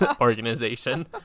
organization